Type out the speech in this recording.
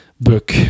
book